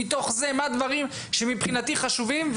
מתוך זה מה הדברים שמבחינתי חשובים.